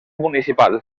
municipal